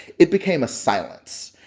it became a silence.